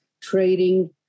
trading